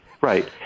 right